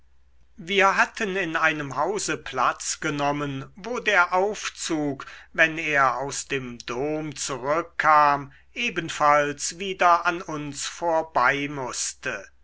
wir hatten in einem hause platz genommen wo der aufzug wenn er aus dem dom zurückkam ebenfalls wieder an uns vorbei mußte